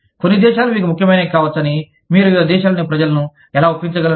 కొన్ని దేశాలు మీకు ముఖ్యమైనవి కావచ్చని మీరు వివిధ దేశాల్లోని ప్రజలను ఎలా ఒప్పించగలరు